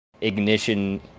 ignition